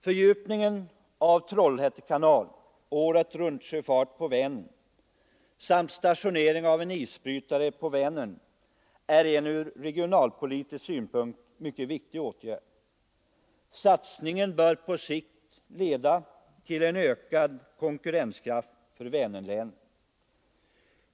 Fördjupning av Trollhätte kanal och åretruntsjöfart på Vänern samt stationering av en isbrytare på Vänern är ur regionalpolitisk synpunkt viktiga åtgärder. Satsningen bör på sikt leda till ökad konkurrenskraft för Vänerlänen.